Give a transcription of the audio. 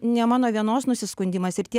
ne mano vienos nusiskundimas ir tie